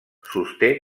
sosté